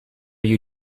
you